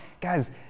guys